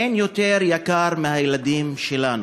אין יותר יקר מהילדים שלנו.